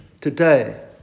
today